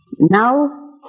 Now